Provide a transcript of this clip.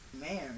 Man